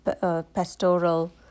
pastoral